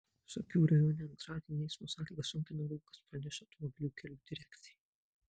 šakių rajone antradienį eismo sąlygas sunkina rūkas praneša automobilių kelių direkcija